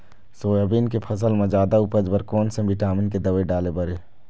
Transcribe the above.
Soybean के फसल म जादा उपज बर कोन से विटामिन के दवई डाले बर ये?